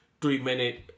three-minute